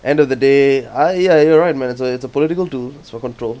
end of the day I ya you're right man it's a it's a political to do this for control